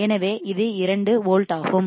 எனவே இது இரண்டு வோல்ட் ஆகும்